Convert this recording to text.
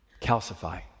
Calcify